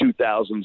2000s